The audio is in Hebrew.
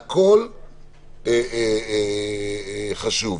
הכול חשוב,